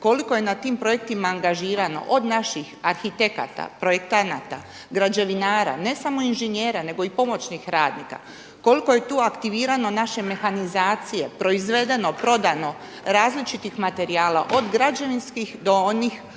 koliko je na tim projektima angažirano od naših arhitekata, projektanata, građevinara ne samo inženjera nego i pomoćnih radnika, koliko je tu aktivirano naše mehanizacije, proizvedeno, prodano različitih materijala od građevinskih do onih opreme?